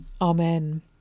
Amen